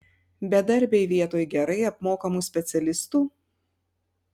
bedarbiai vietoj gerai apmokamų specialistų